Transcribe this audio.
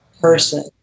person